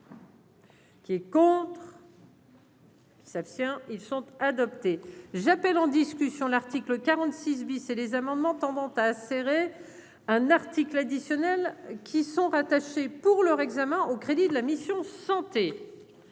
qui est pour. S'abstient ils sont adoptés, j'appelle en discussion, l'article 46 bis et les amendements tendant à serrer un article additionnel qui sont rattachés pour leur examen au crédit de la mission. Santé